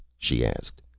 she asked.